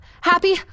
Happy